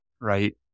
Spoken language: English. Right